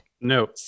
No